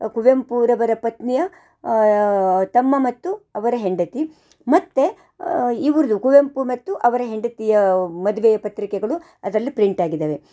ಕುವೆಂಪುರವರ ಪತ್ನಿಯ ತಮ್ಮ ಮತ್ತು ಅವರ ಹೆಂಡತಿ ಮತ್ತು ಇವರ್ದು ಕುವೆಂಪು ಮತ್ತು ಅವರ ಹೆಂಡತಿಯ ಮದುವೆಯ ಪತ್ರಿಕೆಗಳು ಅದರಲ್ಲಿ ಪ್ರಿಂಟ್ ಆಗಿದಾವೆ